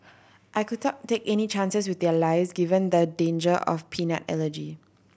I could talk take any chances with their lives given the danger of peanut allergy